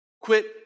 Quit